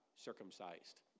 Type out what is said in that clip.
Circumcised